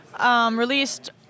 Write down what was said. released